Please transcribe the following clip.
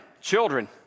Children